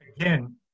again